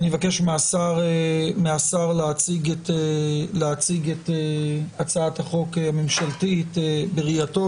אני אבקש מהשר להציג את הצעת החוק הממשלתית בראייתו,